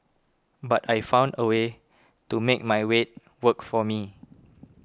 but I found a way to make my weight work for me